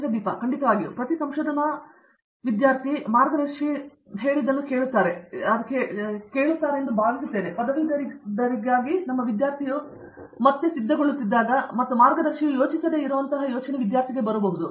ದೀಪಾ ವೆಂಕಟೇಶ್ ಖಂಡಿತವಾಗಿಯೂ ಪ್ರತಿ ಸಂಶೋಧನಾ ಮಾರ್ಗದರ್ಶಿ ಹೇಳದೆ ಹೋಗುತ್ತಿದ್ದೇನೆ ಎಂದು ನಾನು ಭಾವಿಸುತ್ತೇನೆ ಪದವೀಧರರಿಗಾಗಿ ನಿಮ್ಮ ವಿದ್ಯಾರ್ಥಿಯು ಮತ್ತೆ ಸಿದ್ಧಗೊಳ್ಳುತ್ತಿದ್ದಾಗ ಮತ್ತು ಮಾರ್ಗದರ್ಶಿಯು ಯೋಚಿಸದೆ ಇರುವಂತಹ ಯೋಚನೆಯನ್ನು ವಿದ್ಯಾರ್ಥಿ ನಿಮಗೆ ನೀಡುತ್ತಾರೆ